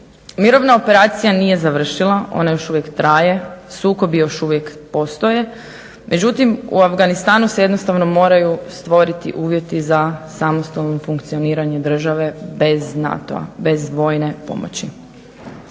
Mirovna operacija nije završila, ona još uvijek traje, sukobi još uvijek postoje. Međutim, u Afganistanu se jednostavno moraju stvoriti uvjeti za samostalno funkcioniranje države bez NATO-a, bez vojne pomoći.